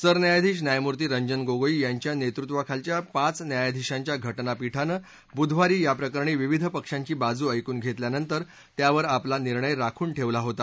सरन्यायाधीश न्यायमूर्ती रंजन गोगोई यांच्या नेतुत्वाखालच्या पाच न्यायधिशांच्या घटनापीठानं बुधवारी याप्रकरणी विविध पक्षांची बाजू ऐकून घेतल्यानंतर त्यावर आपला निर्णय राखून ठेवला होता